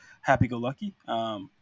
happy-go-lucky